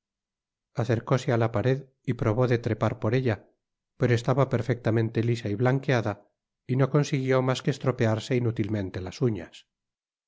acercóse á la pared y probó de trepar por ella pero estaba perfectamente lisa y blanqueada y no consiguió mas que estropearse inutilmente las uñas